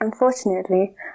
Unfortunately